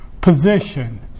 position